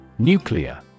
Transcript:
Nuclear